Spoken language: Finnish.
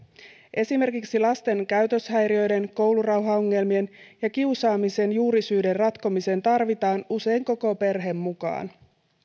esimerkiksi lasten käytöshäiriöiden koulurauhaongelmien ja kiusaamisen juurisyiden ratkomiseen tarvitaan usein koko perhe mukaan